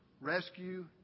rescue